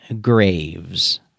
graves